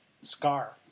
scar